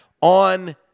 on